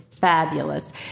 fabulous